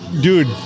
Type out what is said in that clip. dude